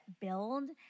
build